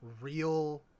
real